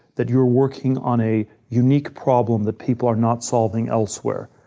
that you are working on a unique problem that people are not solving elsewhere.